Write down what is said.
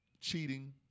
cheating